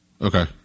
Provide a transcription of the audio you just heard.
Okay